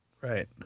right